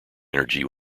energy